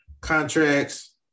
contracts